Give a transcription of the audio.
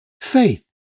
faith